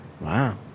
Wow